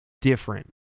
different